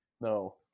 No